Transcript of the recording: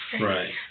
Right